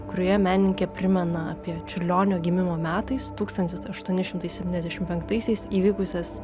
kurioje menininkė primena apie čiurlionio gimimo metais tūkstantis aštuoni šimtai septyniasdešimt penktaisiais įvykusias